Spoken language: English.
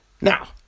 now